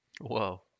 Whoa